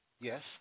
Yes